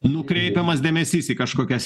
nukreipiamas dėmesys į kažkokias